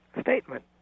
statement